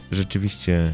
rzeczywiście